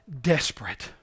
desperate